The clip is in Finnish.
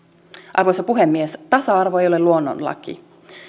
arvoisa puhemies tasa arvo ei ole luonnonlaki